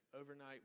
Overnight